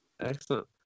Excellent